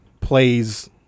plays